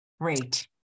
Great